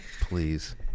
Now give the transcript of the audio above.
Please